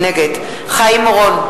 נגד חיים אורון,